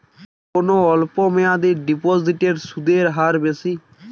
কোন অল্প মেয়াদি ডিপোজিটের সুদের হার বেশি?